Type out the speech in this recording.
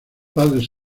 padres